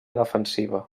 defensiva